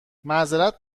معذرت